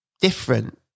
different